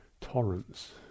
torrents